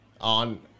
on